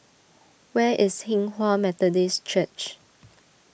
where is Hinghwa Methodist Church